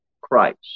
Christ